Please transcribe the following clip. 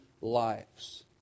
lives